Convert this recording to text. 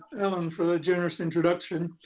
alan, for the generous introduction.